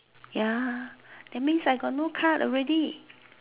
ya that means I have no card already